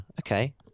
Okay